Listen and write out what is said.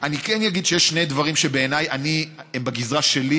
אני כן אגיד שיש שני דברים שבעיניי הם בגזרה שלי,